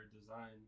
design